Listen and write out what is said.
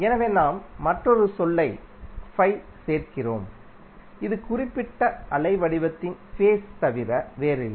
எனவே நாம் மற்றொரு சொல்லைச் சேர்க்கிறோம் இது குறிப்பிட்ட அலை வடிவத்தின் ஃபேஸ் தவிர வேறில்லை